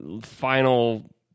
final